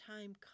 time